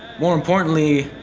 more importantly,